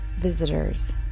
visitors